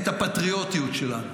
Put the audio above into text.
את הפטריוטיות שלנו,